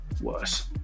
worse